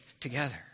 together